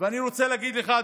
אני רוצה להגיד לך,